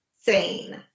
Sane